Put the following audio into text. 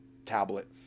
tablet